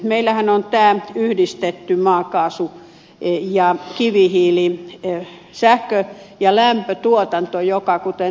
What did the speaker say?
meillähän on tämä yhdistetty maakaasun ja kivihiilen sähkön ja lämmöntuotanto joka kuten ed